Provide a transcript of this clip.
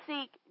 seek